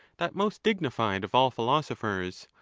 that most dignified of all philosophers,